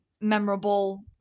memorable